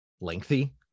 lengthy